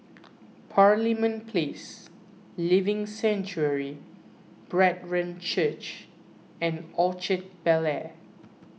Parliament Place Living Sanctuary Brethren Church and Orchard Bel Air